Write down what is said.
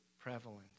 prevalent